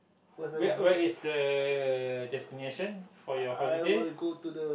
where where is the destination for your holiday